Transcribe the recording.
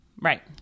Right